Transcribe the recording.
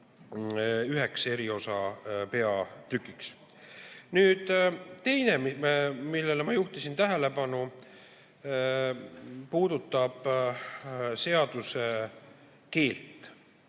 üheks peatükiks. Teine asi, millele ma juhtisin tähelepanu, puudutab seaduse keelt.